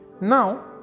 Now